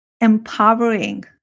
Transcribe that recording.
empowering